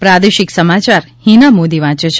પ્રાદેશિક સમાચાર હિના મોદી વાંચે છે